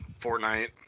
Fortnite